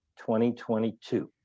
2022